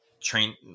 train